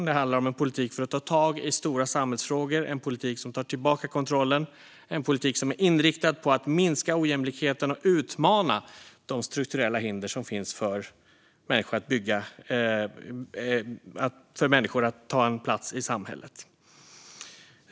Det handlar om en politik för att ta tag i stora samhällsfrågor, en politik som tar tillbaka kontrollen och en politik som är inriktad på att minska ojämlikheten och utmana de strukturella hinder som finns för människor att ta en plats i samhället.